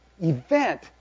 event